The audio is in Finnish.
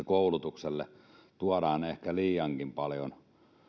koulutukselle tuodaan ehkä liiankin paljon